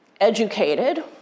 educated